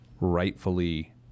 rightfully